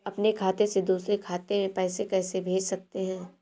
अपने खाते से दूसरे खाते में पैसे कैसे भेज सकते हैं?